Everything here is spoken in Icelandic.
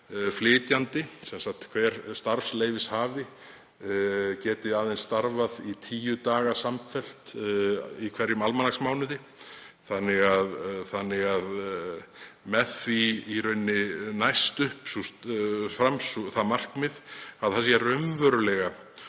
flytjandi, sem sagt hver starfsleyfishafi, geti aðeins starfað í tíu daga samfellt í hverjum almanaksmánuði. Með því næst upp það markmið að raunverulega